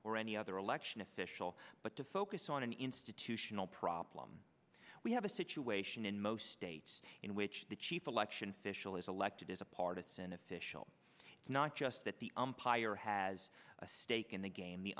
or any other election official but to focus on an institutional problem we have a situation in most states in which the chief election fishel is elected is a partisan official not just that the empire has a stake in the game the